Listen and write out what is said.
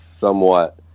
somewhat